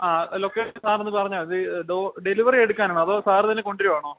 ആ ലൊക്കേഷൻ സാറി പറഞ്ഞാ ഇത് ഡോ ഡെലിവറി എടുക്കാനണോ അതോ സാർന്നന് കൊണ്ട വരുവാണോ